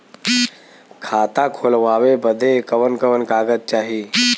खाता खोलवावे बादे कवन कवन कागज चाही?